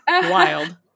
wild